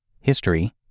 history